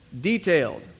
detailed